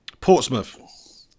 Portsmouth